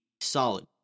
solid